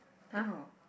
eh no